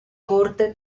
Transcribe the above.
corte